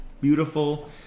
beautiful